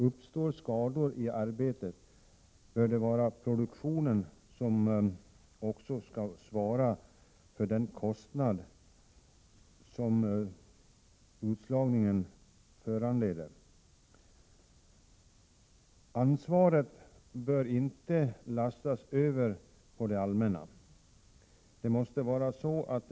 Uppstår skador i arbetet bör produktionen också svara för de kostnader som utslagningen föranleder. Ansvaret får inte lastas över på det allmänna.